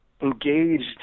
engaged